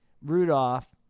Rudolph